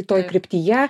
toj kryptyje